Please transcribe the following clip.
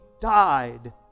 died